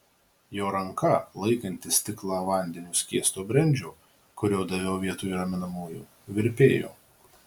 jos ranka laikanti stiklą vandeniu skiesto brendžio kurio daviau vietoj raminamųjų virpėjo